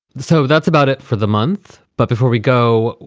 so that's about it for the month but before we go,